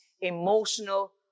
emotional